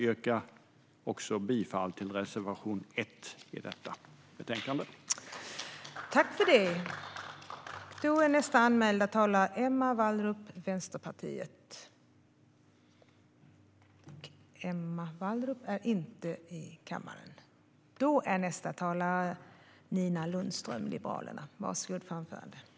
Jag yrkar bifall till reservation 1 i betänkandet.